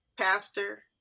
pastor